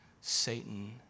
Satan